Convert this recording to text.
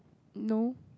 no